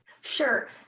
Sure